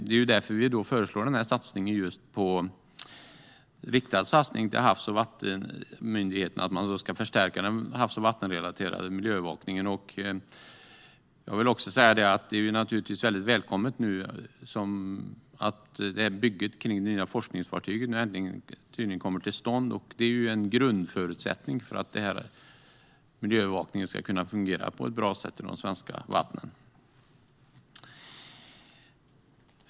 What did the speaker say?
Det är därför vi föreslår just en riktad satsning till Havs och vattenmyndigheten för att man ska förstärka den havs och vattenrelaterade miljöövervakningen. Jag vill också säga att det naturligtvis är väldigt välkommet att bygget av det nya forskningsfartyget nu äntligen kommer till stånd. Det är en grundförutsättning för att miljöövervakningen ska kunna fungera på ett bra sätt i de svenska vattnen.